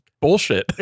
bullshit